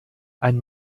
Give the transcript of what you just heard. ein